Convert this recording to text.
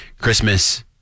Christmas